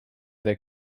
they